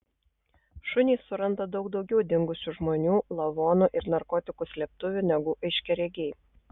šunys suranda daug daugiau dingusių žmonių lavonų ir narkotikų slėptuvių negu aiškiaregiai